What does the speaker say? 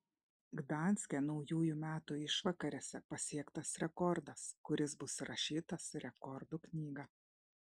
gdanske naujųjų metų išvakarėse pasiektas rekordas kuris bus įrašytas į rekordų knygą